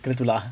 kena marah ah